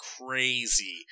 crazy